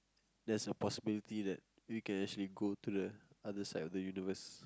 there's a possibility that we can actually go to the other side of the universe